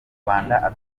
rwanda